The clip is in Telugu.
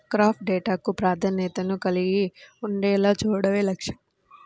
క్రాప్ డేటాకు ప్రాప్యతను కలిగి ఉండేలా చూడడమే లక్ష్యం